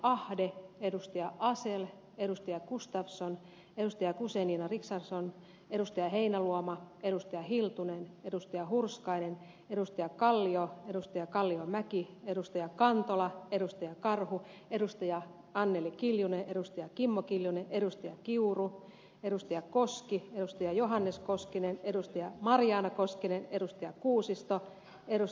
ahde asell gustafsson guzenina richardson heinäluoma hiltunen hurskainen kallio kalliomäki kantola karhu anneli kiljunen kimmo kiljunen kiuru koski johannes koskinen marjaana koskinen edustaja kuusista eros